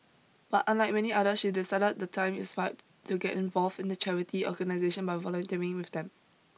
but unlike many other she decided the time is ripe to get involved in the charity organisation by volunteering with them